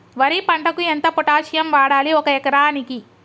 వరి పంటకు ఎంత పొటాషియం వాడాలి ఒక ఎకరానికి?